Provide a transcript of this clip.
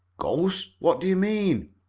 ghost? what do you mean?